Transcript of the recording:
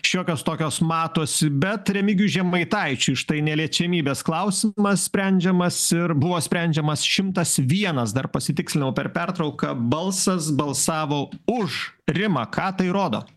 šiokios tokios matosi bet remigijui žemaitaičiui ir štai neliečiamybės klausimas sprendžiamas ir buvo sprendžiamas šimtas vienas dar pasitikslinau per pertrauką balsas balsavo už rima ką tai rodo